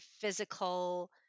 physical